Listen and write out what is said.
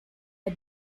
are